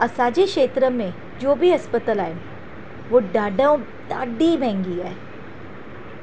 असांजे क्षेत्र में जो बि इस्पतालि आहे उहो ॾाढा ॾाढी महांगी आहे